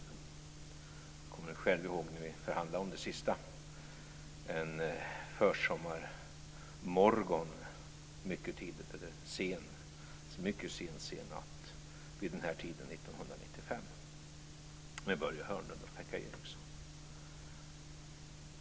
Jag kommer själv ihåg när vi förhandlade om det sista en mycket tidig försommarmorgon - eller mycket sen natt - vid den här tiden 1995 med Börje Hörnlund och Pekka Eriksson.